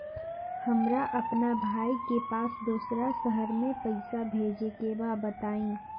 हमरा अपना भाई के पास दोसरा शहर में पइसा भेजे के बा बताई?